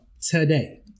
today